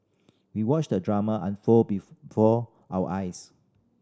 we watched the drama unfold before our eyes